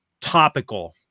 topical